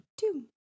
two